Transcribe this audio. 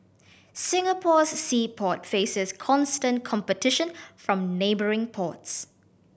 Singapore's sea port faces constant competition from neighbouring ports